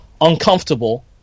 uncomfortable